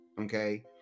Okay